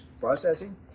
Processing